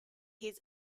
his